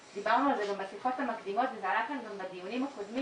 דיברנו על זה גם בשיחות המקדימות וזה עלה כאן גם בדיונים הקודמים.